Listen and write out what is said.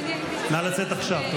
נא לצאת עכשיו.